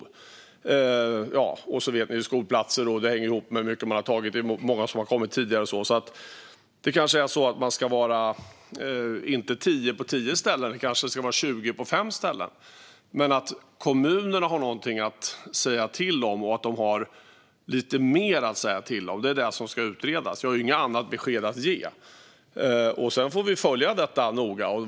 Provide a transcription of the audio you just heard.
Sedan gäller det skolplatser. Det hänger också ihop med hur många som har kommit tidigare. Det kanske är så att man inte ska vara tio på tio ställen utan tjugo på fem ställen. Men att kommunerna ska ha någonting att säga till om, och lite mer att säga till om - det är det som ska utredas. Jag har inget annat besked att ge. Sedan får vi följa detta noga.